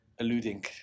alluding